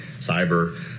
cyber